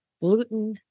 gluten